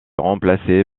remplacé